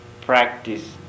practice